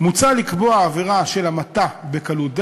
מוצע לקבוע עבירה של המתה בקלות דעת,